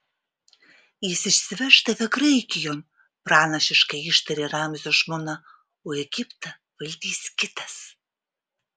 jis išsiveš tave graikijon pranašiškai ištarė ramzio žmona o egiptą valdys kitas